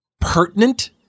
pertinent